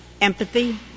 empathy